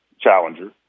Challenger